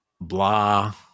blah